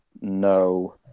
no